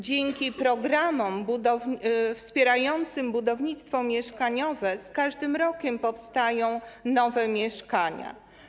Dzięki programom wspierającym budownictwo mieszkaniowe z każdym rokiem powstają nowe mieszkania.